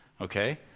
okay